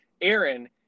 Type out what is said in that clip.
Aaron